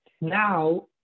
Now